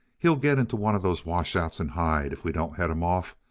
he'll get into one of those washouts and hide, if we don't head him off.